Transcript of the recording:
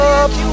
up